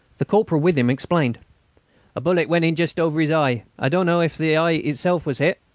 the corporal with him explained a bullet went in just over his eye. i don't know if the eye itself was hit.